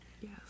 Yes